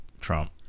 trump